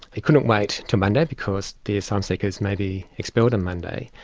it couldn't wait till monday, because the asylum seekers may be expelled monday,